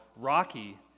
rocky